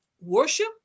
Worship